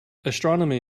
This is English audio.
astronomy